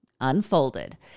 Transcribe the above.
unfolded